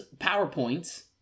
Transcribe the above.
PowerPoints